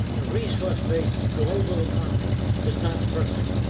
a resource based global economy is not perfect,